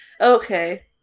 Okay